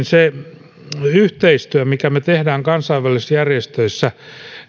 se yhteistyö mitä me teemme kansainvälisissä järjestöissä